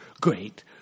great